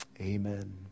Amen